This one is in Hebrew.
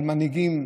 על מנהיגים,